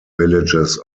villages